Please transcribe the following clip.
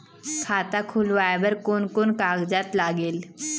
खाता खुलवाय बर कोन कोन कागजात लागेल?